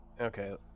Okay